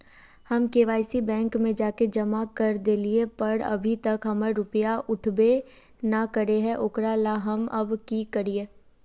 हम KYC bank में जाके जमा कर देलिए पर अभी तक हमर रुपया उठबे न करे है ओकरा ला हम अब की करिए?